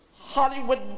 Hollywood